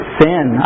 sin